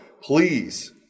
please